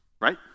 Right